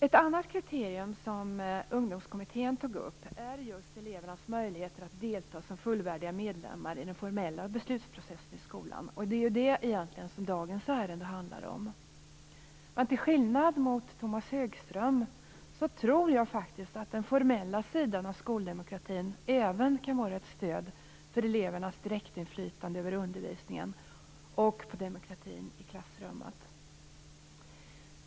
Ett annat kriterium som Ungdomskommittén tog upp är just elevernas möjligheter att delta som fullvärdiga medlemmar i den formella beslutsprocessen i skolan. Det är det som dagens ärende handlar om. Till skillnad från Tomas Högström, tror jag faktiskt att den formella sidan av skoldemokratin även kan vara ett stöd för elevernas direktinflytande över undervisningen och för demokratin i klassrummet.